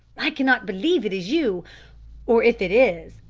i cannot believe it is you or if it is,